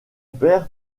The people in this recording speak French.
père